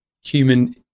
human